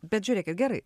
bet žiūrėkit gerai